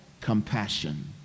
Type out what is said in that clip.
compassion